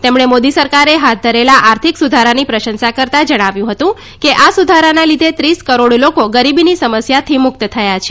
તેમણે મોદી સરકારે હાથ ધરેલા આર્થિક સ્રધારાની પ્રશંસા કરતા જણાવ્યું હતું કે આ સુધારાના લીધે ત્રીસ કરોડ લોકો ગરીબીની સમસ્યાથી મ્રક્ત થયા છે